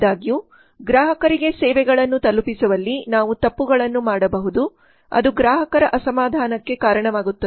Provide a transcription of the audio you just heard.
ಆದಾಗ್ಯೂ ಗ್ರಾಹಕರಿಗೆ ಸೇವೆಗಳನ್ನು ತಲುಪಿಸುವಲ್ಲಿ ನಾವು ತಪ್ಪುಗಳನ್ನು ಮಾಡಬಹುದು ಅದು ಗ್ರಾಹಕರ ಅಸಮಾಧಾನಕ್ಕೆ ಕಾರಣವಾಗುತ್ತದೆ